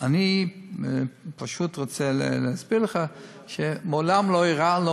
אני פשוט רוצה להסביר לך שמעולם לא ערערתי,